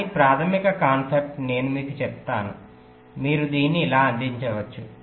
కానీ ప్రాథమిక కాన్సెప్ట్ నేను మీకు చెప్పాను మీరు దీన్ని ఇలా అందించవచ్చు